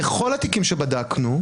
בכל התיקים שבדקנו,